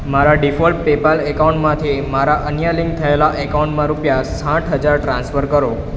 મારા default PayPal એકાઉન્ટમાંથી મારા અન્ય લિંક થયેલા એકાઉન્ટમાં રૂપિયા સાઠ હજાર ટ્રાન્સફર કરો